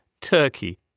Turkey